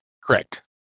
Correct